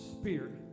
spirit